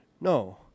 No